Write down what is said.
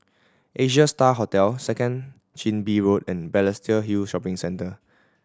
Asia Star Hotel Second Chin Bee Road and Balestier Hill Shopping Centre